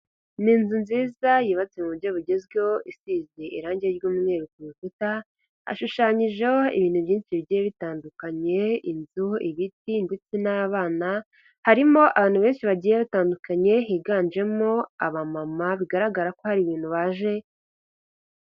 Ni inzu nziza yubatse mu buryo bugezweho isize irangi ry'umweru ku rukuta hashushanyijeho ibintu byinshi bigiye bitandukanye inzu, ibiti, ndetse n'abana, harimo abantu benshi bagiye batandukanye higanjemo abamama bigaragara ko hari ibintu baje.